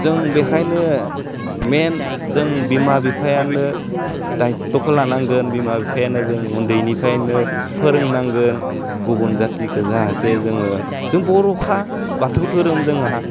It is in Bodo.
जों बेखायनो मेइन जों बिमा बिफायानो दायत्यखौ लानांगोन बिमा बिफायानो जों उन्दैनिफ्रायनो फोरोंनांगोन गुबुन जातिखौ जाहाथे जोङो जों बर'खा बाथौ दोहोरोम जोंहा